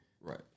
right